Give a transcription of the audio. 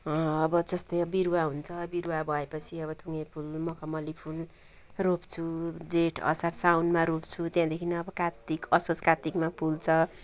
अब जस्तै बिरुवा हुन्छ बिरुवा भएपछि अब थुङ्गे फुल मखमली फुल रोप्छु जेठ असार साउनमा रोप्छु त्यहाँदेखि अब कात्तिक असोज कात्तिकमा फुल्छ